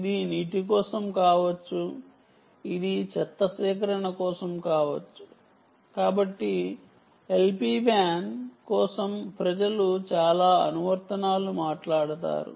ఇది నీటి కోసం కావచ్చు ఇది చెత్త సేకరణ కోసం కావచ్చు కాబట్టి LPWAN కోసం ప్రజలు చాలా అనువర్తనాలు మాట్లాడుతారు